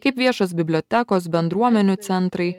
kaip viešos bibliotekos bendruomenių centrai